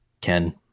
Ken